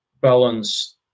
balance